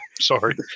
Sorry